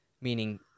meaning